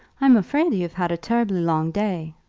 i'm afraid you've had a terrible long day,